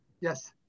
Yes